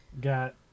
Got